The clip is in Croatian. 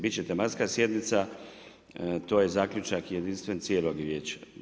Biti će tematska sjednica, to je zaključak, jedinstven cijelog vijeća.